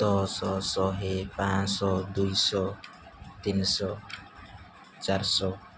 ଦଶ ଶହେ ପଞ୍ଚଶହ ଦୁଇଶହ ତିନିଶହ ଚାରିଶହ